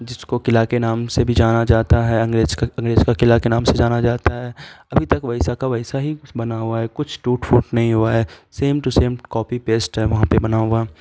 جس کو قلعہ کے نام سے بھی جانا جاتا ہے انگریز کا انگریز کا قلعہ کے نام سے جانا جاتا ہے ابھی تک ویسا کا ویسا ہی بنا ہوا ہے کچھ ٹوٹ پھوٹ نہیں ہوا ہے same to same copy paste ہے وہاں پہ بنا ہوا